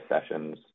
sessions